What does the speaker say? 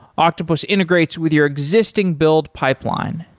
octopus integrates with your existing build pipeline,